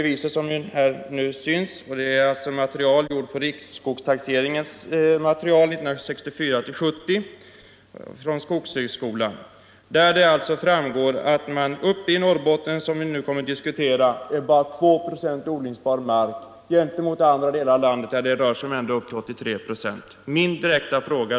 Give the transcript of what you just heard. Bilden är hämtad från riksskogstaxeringens material 1964-1970. Därav framgår att i Norrbotten, som vi nu kommer att diskutera, är bara 2 26 av marken odlingsbar, vilket skall jämföras med andra delar av landet där det rör sig om upp till 83 26 odlingsbar mark.